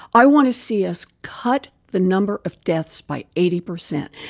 i want to see us cut the number of deaths by eighty percent.